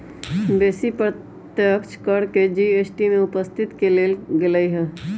बेशी अप्रत्यक्ष कर के जी.एस.टी में उपस्थित क लेल गेलइ ह्